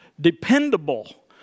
Dependable